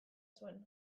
zuen